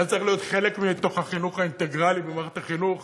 שהיה צריך להיות חלק מהחינוך האינטגרלי במערכת החינוך,